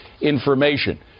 information